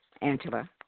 Angela